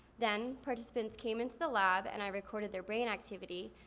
then participants came into the lab and i recorded their brain activity,